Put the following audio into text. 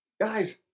Guys